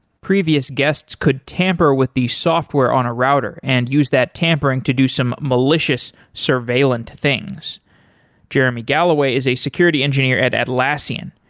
previous guests could tamper with the software on a router and use that tampering tampering to do some malicious surveillant things jeremy galloway is a security engineer at atlassian.